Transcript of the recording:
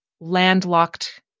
landlocked